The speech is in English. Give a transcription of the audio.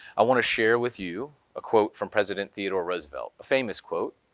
i want to share with you a quote from president theodore roosevelt, a famous quote,